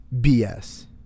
BS